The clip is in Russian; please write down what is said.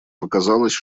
показалось